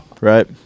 right